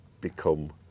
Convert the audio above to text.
become